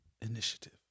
Initiative